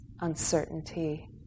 uncertainty